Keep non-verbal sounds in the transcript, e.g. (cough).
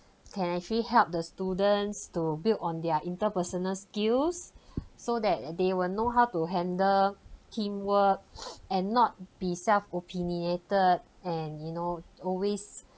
can actually help the students to build on their interpersonal skills so that they will know how to handle teamwork (breath) and not be self opinionated and you know always